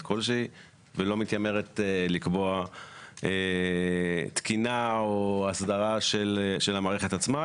כלשהי ולא מתיימרת לקבוע תקינה או הסדרה של המערכת עצמה.